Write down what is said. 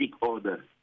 order